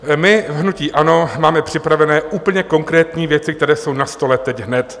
My, hnutí ANO, máme připravené úplně konkrétní věci, které jsou na stole teď hned.